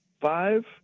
five